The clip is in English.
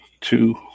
two